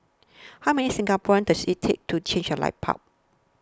how many Singaporeans does it take to change a light bulb